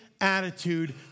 attitude